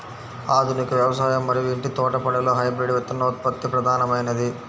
ఆధునిక వ్యవసాయం మరియు ఇంటి తోటపనిలో హైబ్రిడ్ విత్తనోత్పత్తి ప్రధానమైనది